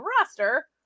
roster